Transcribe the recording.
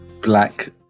black